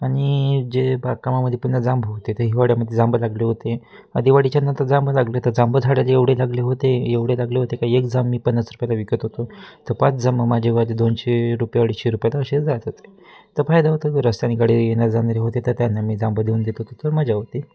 आणि जे बागकामामध्ये पुन्हा जांब होते तर हिवाळ्यामध्ये जांब लागले होते दिवाळीच्यांनंतर जांब लागले तर जांब झाडाला एवढे लागले होते एवढे लागले होते का एक जाम मी पन्नास रुपयाला विकत होतो तर पाच जांंब माझेवााले दोनशे रुपये अडीचशे रुपयाला असे जात होते तर फायदा होतं रस्त्यानी गाडी येणारे जाणारे होते तर त्यांना मी जांब देऊन देत होतो तर मजा होती